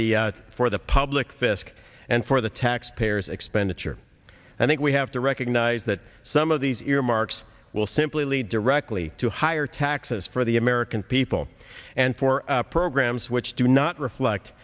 the for the public fisc and for the taxpayers expenditure and that we have to recognize that some of these earmarks will simply lead directly to higher taxes for the american people and for programs which do not reflect